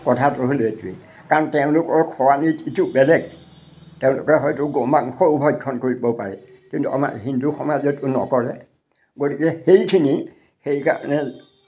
কথাটো হ'ল এইটোৱেই কাৰণ তেওঁলোকৰ খৱালী এইটো বেলেগ তেওঁলোকে হয়টো গো মাংসও ভক্ষণ কৰিব পাৰে কিন্তু আমাৰ হিন্দু সমাজেতো নকৰে গতিকে সেইখিনি সেইকাৰণে